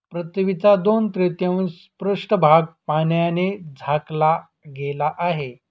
पृथ्वीचा दोन तृतीयांश पृष्ठभाग पाण्याने झाकला गेला आहे